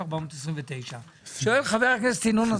אז או שמעדכנים לכולם אותו דבר,